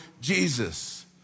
Jesus